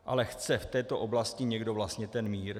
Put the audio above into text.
Ale chce v této oblasti někdo vlastně ten mír?